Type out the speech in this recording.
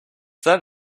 that